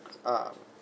um